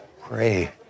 pray